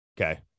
okay